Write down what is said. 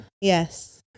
Yes